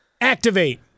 activate